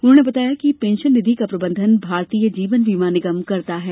उन्होंने बताया कि पेंशन निधि का प्रबंधन भारतीय जीवन बीमा निगम करता है